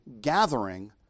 gathering